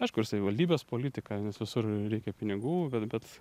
aišku ir savivaldybės politika nes visur reikia pinigų bet